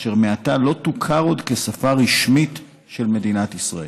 אשר מעתה לא תוכר עוד כשפה רשמית של מדינת ישראל.